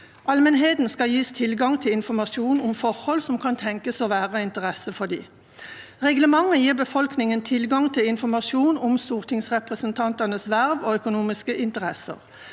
Allmenheten skal gis tilgang til informasjon om forhold som kan tenkes å være av interesse for dem. Reglementet gir befolkningen tilgang til informasjon om stortingsrepresentantenes verv og økonomiske interesser.